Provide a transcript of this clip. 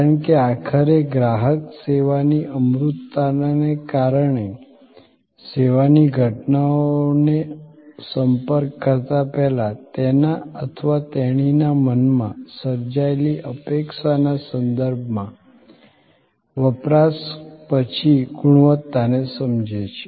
કારણ કે આખરે ગ્રાહક સેવાની અમૂર્તતાને કારણે સેવાની ઘટનાઓનો સંપર્ક કરતા પહેલા તેના અથવા તેણીના મનમાં સર્જાયેલી અપેક્ષાના સંદર્ભમાં વપરાશ પછી ગુણવત્તાને સમજે છે